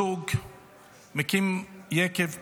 זוג מקים יקב בצפת,